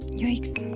yoikes,